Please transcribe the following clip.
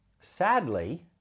Sadly